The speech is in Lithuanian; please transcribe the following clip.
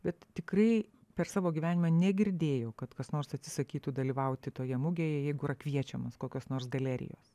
bet tikrai per savo gyvenimą negirdėjau kad kas nors atsisakytų dalyvauti toje mugėje jeigu yra kviečiamas kokios nors galerijos